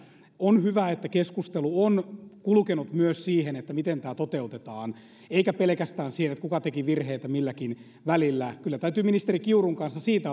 on hyvä että keskustelu on kulkenut myös siihen miten tämä toteutetaan eikä pelkästään siihen kuka teki virheitä milläkin välillä kyllä täytyy ministeri kiurun kanssa siitä